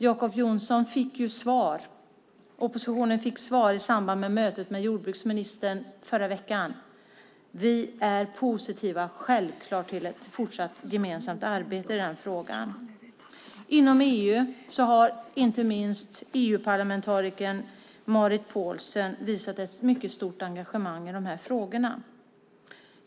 Jacob Johnson fick svar. Oppositionen fick svar i samband med mötet med jordbruksministern i förra veckan. Vi är självklart positiva till ett fortsatt gemensamt arbete i den frågan. Inom EU har inte minst EU-parlamentarikern Marit Paulsen visat ett mycket stort engagemang i de här frågorna.